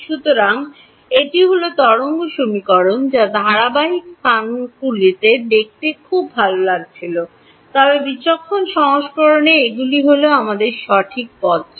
সুতরাং এটি হল তরঙ্গ সমীকরণ যা ধারাবাহিক স্থানাঙ্কগুলিতে দেখতে খুব ভাল লাগছিল তবে বিচক্ষণ সংস্করণে এগুলি হল আমাদের সঠিক পদটি